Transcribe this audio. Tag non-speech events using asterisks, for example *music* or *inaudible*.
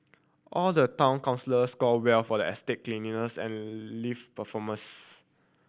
all the town *unintelligible* scored well for the estate cleanliness and lift performance